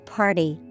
party